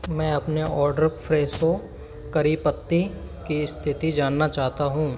मैं अपने ऑर्डर फ़्रेसो करी पत्ते की स्थिति जानना चाहता हूँ